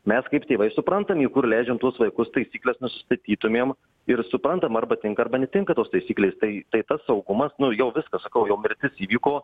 mes kaip tėvai suprantam juk kur leidžiam tuos vaikus taisykles nusistatytumėm ir suprantama arba tinka arba netinka tos taisyklės tai tai tas saugumas nu jau viskas sakau jau mirtis įvyko